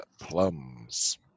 Plums